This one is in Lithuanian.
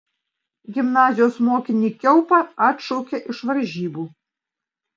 gimnazijos mokinį kiaupą atšaukė iš varžybų